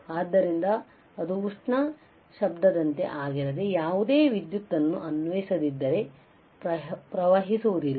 ಆದ್ದರಿಂದಅದು ಉಷ್ಣ ಶಬ್ದದಂತೆ ಆಗಿರದೆ ಯಾವುದೇ ವಿದ್ಯುತ್ ನ್ನೂ ಅನ್ವಯಿಸದಿದ್ದರೆ ಪ್ರವಹಿಸುವುದಿಲ್ಲ